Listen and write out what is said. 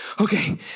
okay